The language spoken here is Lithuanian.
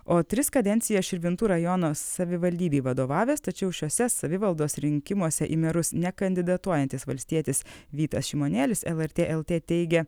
o tris kadencijas širvintų rajono savivaldybei vadovavęs tačiau šiuose savivaldos rinkimuose į merus nekandidatuojantis valstietis vytas šimonėlis lrt lt teigė